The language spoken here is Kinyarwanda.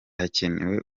hakenewe